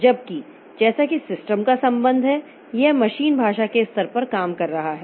जबकि जैसा कि सिस्टम का संबंध है यह मशीन भाषा के स्तर पर काम कर रहा है